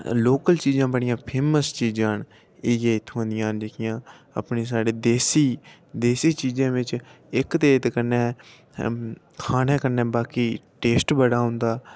local चीज़ां जेह्ड़ियां बड़ियां फेमस चीज़ां न एह् अपने साढ़े देसी चीज़ें बिच इक ते कन्नै खाने कन्नै बाकी टेस्ट बड़ा औंदा